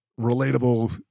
relatable